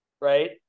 right